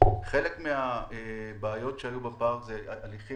חלק מהבעיות שהיו בפארק זה הליכים